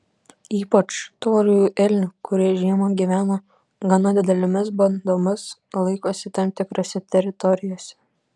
ypač tauriųjų elnių kurie žiemą gyvena gana didelėmis bandomis laikosi tam tikrose teritorijose